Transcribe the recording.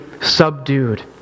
subdued